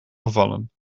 gevallen